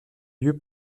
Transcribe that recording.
lieu